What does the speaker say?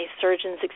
Surgeon's